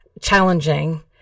challenging